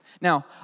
Now